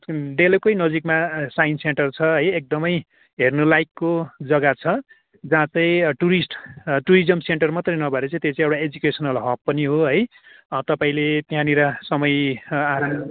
डेलोकै नजिकमा science centre छ है एकदमै हेर्नु लाइकको जग्गा छ जहाँ चाहिँ टुरिस्ट टुरिजम सेन्टर मात्रै नभएर त्यो चाहिँ एउटा एजुकेसनल हब पनि हो है तपाईँले त्यहाँनिर समय आराम